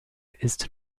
ist